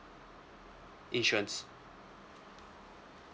insurance